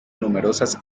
numerosas